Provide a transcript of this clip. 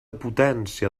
potència